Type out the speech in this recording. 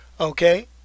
Okay